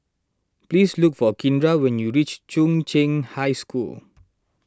please look for Kindra when you reach Chung Cheng High School